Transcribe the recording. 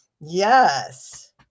Yes